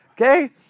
Okay